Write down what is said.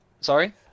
Sorry